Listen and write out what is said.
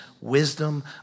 wisdom